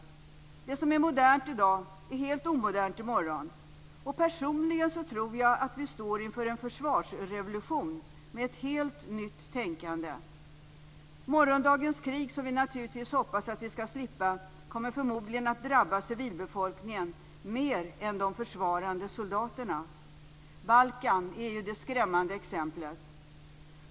Det som är modernt i dag är helt omodernt i morgon. Personligen tror jag att vi står inför en försvarsrevolution, med ett helt nytt tänkande. Morgondagens krig, som vi naturligtvis hoppas att vi skall slippa, kommer förmodligen att drabba civilbefolkningen mer än de försvarande soldaterna. Balkan är ju det skrämmande exemplet.